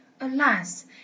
alas